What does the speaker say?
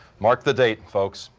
mark the date, folks.